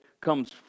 comes